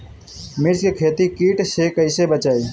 मिर्च के खेती कीट से कइसे बचाई?